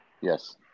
yes